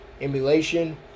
Emulation